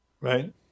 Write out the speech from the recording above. right